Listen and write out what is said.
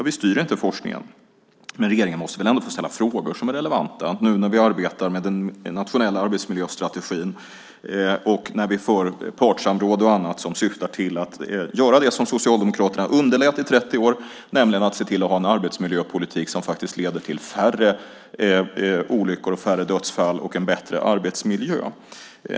Vi styr inte forskningen, men regeringen måste väl ändå få ställa frågor som är relevanta nu när vi arbetar med den nationella arbetsmiljöstrategin och när vi för partssamråd och annat som syftar till att göra det som Socialdemokraterna underlät i 30 år, nämligen att se till att ha en arbetsmiljöpolitik som faktiskt leder till färre olyckor och färre dödsfall och en bättre arbetsmiljö.